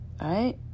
right